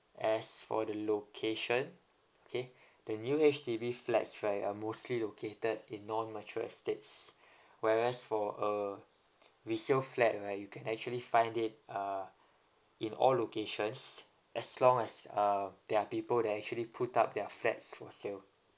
as for the location okay the new H_D_B flats right are mostly located in non mature estates whereas for a resale flat right you can actually find it uh in all locations as long as uh there are people that actually put up their flats for sale